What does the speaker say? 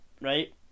right